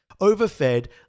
overfed